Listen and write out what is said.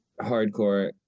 hardcore